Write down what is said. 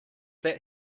that